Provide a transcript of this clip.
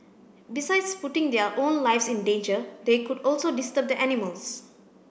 besides putting their own lives in danger they could also disturb the animals